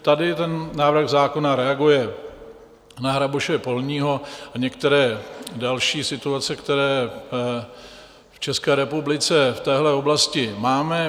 Tady ten návrh zákon reaguje na hraboše polního a některé další situace, které v České republice v téhle oblasti máme.